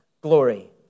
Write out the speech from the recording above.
glory